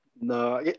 no